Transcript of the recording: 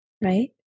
Right